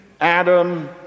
Adam